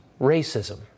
racism